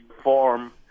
form